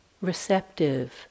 receptive